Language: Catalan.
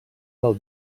del